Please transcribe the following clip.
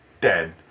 dead